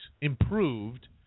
improved